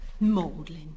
Maudlin